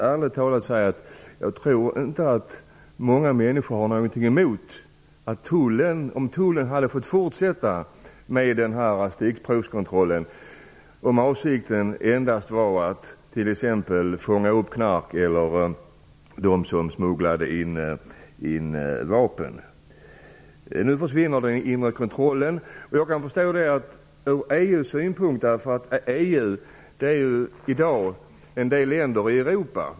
Ärligt talat tror jag inte att det är många människor som skulle ha något emot att tullen fortsätter med denna stickprovskontroll om avsikten är att t.ex. fånga upp knark eller dem som smugglar vapen. Nu försvinner den inre kontrollen. Jag kan förstå detta ur EU:s synpunkt. EU består ju i dag av en del länder i Europa.